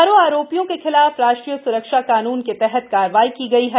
चारों आरोपियों के खिलाफ राष्ट्रीय स्रक्षा कानून के तहत कार्रवाई की गई है